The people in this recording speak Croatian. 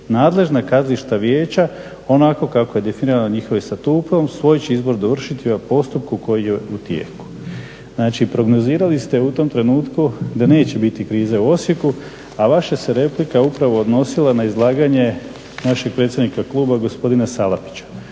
nadležna kazališta vijeća onako kako je definirana njihovih statutom svoj će izbor dovršiti u postupku koji joj je u tijeku. Znači, prognozirali ste u tom trenutku da neće biti krize u Osijeku a vaša se replika upravo odnosila na izlaganje našeg predsjednika kluba gospodina Salapića